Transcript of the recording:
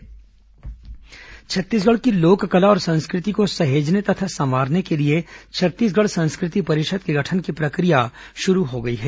संस्कृति परिषद छत्तीसगढ़ की लोककला और संस्कृति को सहेजने तथा संवारने के लिए छत्तीसगढ़ संस्कृति परिषद के गठन की प्रक्रिया शुरू हो गई है